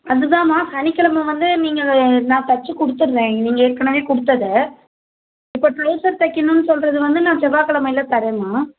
அது தாம்மா சனிக்கிலம வந்து நீங்கள் நான் தைச்சி கொடுத்துர்றேன் நீங்கள் ஏற்கனவே கொடுத்தத இப்போ ட்ரவுசர் தைக்கணும்னு சொல்லுறது வந்து நான் செவ்வாக்கிலமைல தரேன்மா